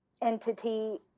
entity